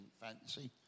fancy